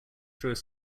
through